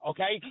Okay